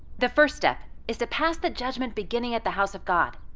the first step is to pass the judgment beginning at the house of god.